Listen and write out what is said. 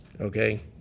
Okay